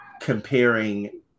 comparing